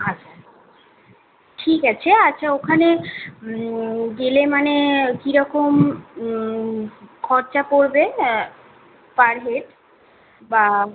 আচ্ছা ঠিক আছে আচ্ছা ওখানে গেলে মানে কীরকম খরচা পড়বে পার হেড বা